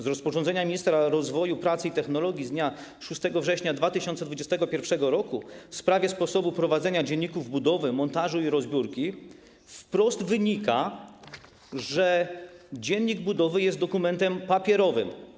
Z rozporządzenia ministra rozwoju, pracy i technologii z dnia 6 września 2021 r. w sprawie sposobu prowadzenia dzienników budowy, montażu i rozbiórki wprost wynika, że dziennik budowy jest dokumentem papierowym.